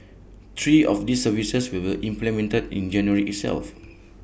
three of these services will be implemented in January itself